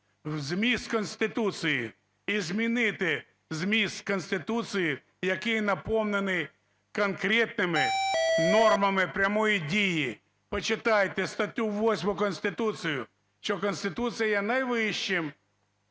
зміст Конституції. І змінити зміст Конституції, який наповнений конкретними нормами прямої дії. Почитайте статтю 8 Конституції, що Конституція є найвищим